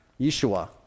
Yeshua